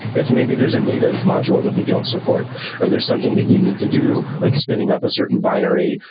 if maybe there's a native module that we don't support or there's something that you need to do, like spinning up a certain binary,